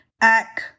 act